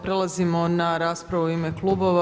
Prelazimo na raspravu u ime klubova.